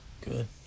good